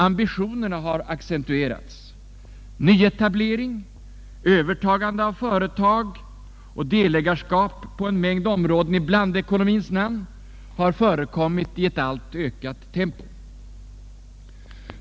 Ambitionerna har accentuerats. Nyetablering, övertagande av företag och delägarskap på en mängd områden i blandekonomins namn har förekommit i ett alltmer ökat tempo.